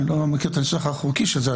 אני לא מכיר את הניסוח החוקי של זה,